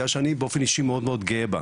סיעה שאני באופן אישי מאוד גאה בה.